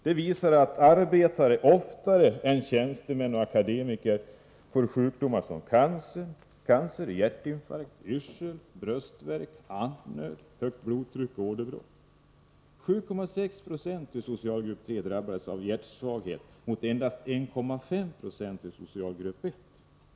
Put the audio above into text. Den visade att arbetare oftare än tjänstemän och akademiker får sjukdomar som cancer, hjärtinfarkt, yrsel, bröstvärk, andnöd, högt blodtryck och åderbråck. 7,6 90 i socialgrupp 3 drabbas av hjärtsvaghet mot endast 1,5 90 i socialgrupp 1.